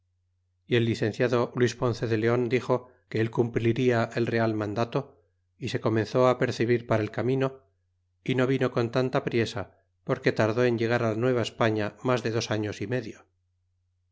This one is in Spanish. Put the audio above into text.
y el licenciado luis ponce de leon dixo que él cumplirla el real mandato y se comenzó apercebir para el camino y no vino con tanta priesa porque tardó en llegar la nueva españa mas de dos años y medio